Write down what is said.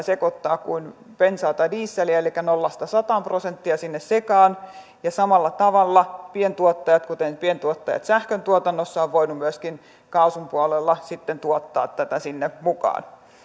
sekoittaa kuin bensaa tai dieseliä elikkä nolla sataan prosenttia sinne sekaan ja samalla tavalla pientuottajat kuten pientuottajat sähköntuotannossa ovat voineet myöskin kaasun puolella tuottaa tätä sinne mukaan